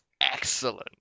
excellent